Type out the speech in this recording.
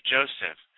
Joseph